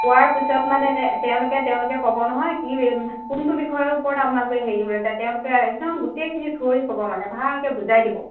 কোৱাৰ পিছত মানে তেওঁলোকে তেওঁলোকে ক'ব নহয় কি কোনটো বিষয়ৰ ওপৰত আপোনালোকে তেওঁলোকে একদম গোটেইখিনি ক'ব মানে ভালকৈ বুজাই দিব